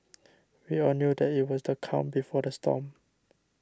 we all knew that it was the calm before the storm